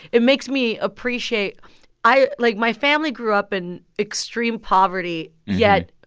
it makes me appreciate i like, my family grew up in extreme poverty. yet,